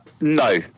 No